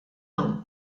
hawn